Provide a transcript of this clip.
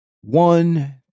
one